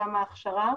גם ההכשרה.